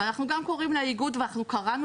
ואנחנו גם קוראים לאיגוד ואנחנו קראנו